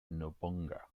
nobunaga